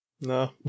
No